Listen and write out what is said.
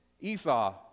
Esau